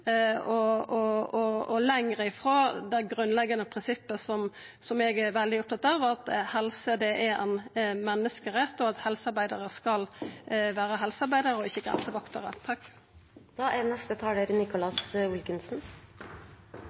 og lenger frå det grunnleggjande prinsippet som eg er veldig opptatt av, at helse er ein menneskerett, og at helsearbeidarar skal vera helsearbeidarar, ikkje grensevaktarar. Jeg er